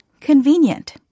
convenient